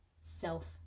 self